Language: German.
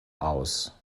aus